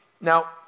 Now